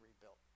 rebuilt